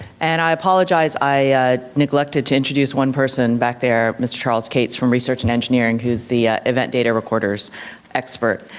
and i apologize, i neglected to introduce one person back there, mr. charles kates from research and engineering who's the event data recorders expert.